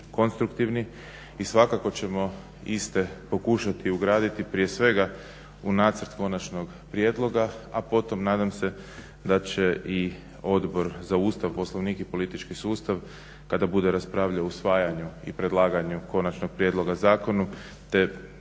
konstruktivni i svakako ćemo iste pokušati ugraditi prije svega u Nacrt konačnog prijedloga, a potom nadam se da će i Odbor za Ustav, Poslovnik i politički sustav kada bude raspravljao o usvajanju i predlaganju konačnog prijedloga zakona te